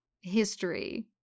history